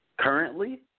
Currently